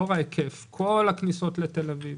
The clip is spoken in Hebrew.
לאור ההיקף: כל הכניסות לתל אביב,